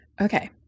Okay